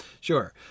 sure